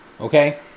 Okay